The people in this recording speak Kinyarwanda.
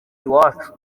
iwacu